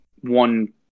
one